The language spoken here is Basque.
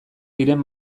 diren